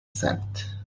ascent